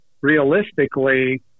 realistically